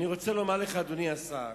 אדוני השר,